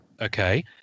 okay